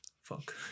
fuck